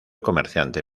comerciante